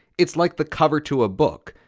it's like the cover to a book.